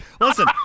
listen